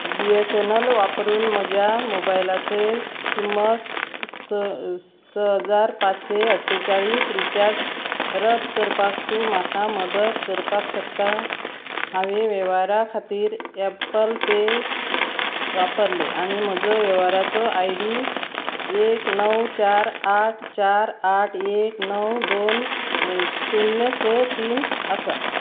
बी S N L वापरून म्हज्या मोबायलाचे किंमत स स हजार पांचशे अठ्ठेचाळीस रिचार्ज रद्द करपाक तूं म्हाका मदत करपाक शकता हांवें वेव्हारा खातीर एप्पल पे वापरलें आनी म्हजो वेव्हाराचो आय डी एक णव चार आठ चार आठ एक णव दोन शुन्य स तीन आसा